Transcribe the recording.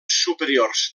superiors